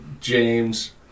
James